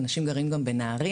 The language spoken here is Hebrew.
ואנשים גרים גם בנהריה,